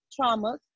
traumas